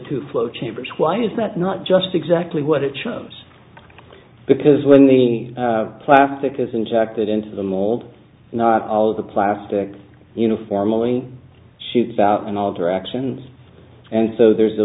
two flow chambers why is that not just exactly what it shows because when the plastic is injected into the mauled not all of the plastic uniformally shoots out in all directions and so there's a